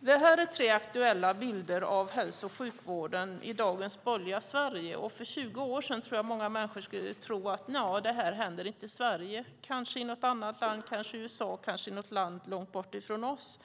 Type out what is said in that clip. Detta är tre aktuella bilder av hälso och sjukvården i dagens borgerliga Sverige. För 20 år sedan tror jag att många människor skulle ha tänkt: Detta händer inte i Sverige, men kanske i USA eller i något annat land långt bortifrån oss!